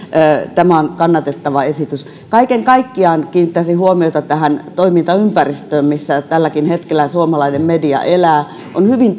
tämä on kannatettava esitys kaiken kaikkiaan kiinnittäisin huomiota tähän toimintaympäristöön missä tälläkin hetkellä suomalainen media elää on